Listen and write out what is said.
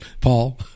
Paul